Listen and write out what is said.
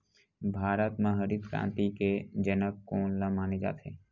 भारत मा हरित क्रांति के जनक कोन ला माने जाथे?